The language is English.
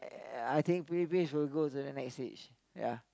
eh I think Philippines will go to the next stage ya